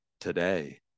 today